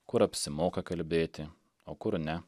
kur apsimoka kalbėti o kur ne